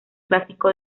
clásico